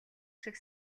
шиг